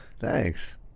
Thanks